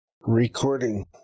recording